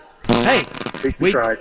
Hey